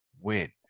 win